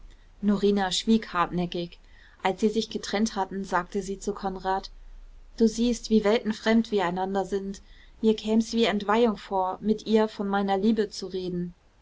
norina schwieg hartnäckig als sie sich getrennt hatten sagte sie zu konrad du siehst wie weltenfremd wir einander sind mir käm's wie entweihung vor mit ihr von meiner liebe zu reden